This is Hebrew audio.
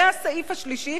והסעיף השלישי,